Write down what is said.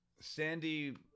Sandy